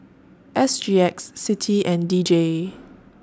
S G X CITI and D J